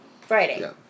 Friday